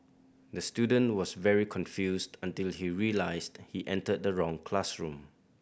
the student was very confused until he realised he entered the wrong classroom